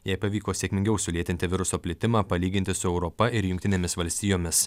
jai pavyko sėkmingiau sulėtinti viruso plitimą palyginti su europa ir jungtinėmis valstijomis